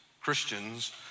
Christians